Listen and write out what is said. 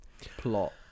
plot